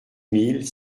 mille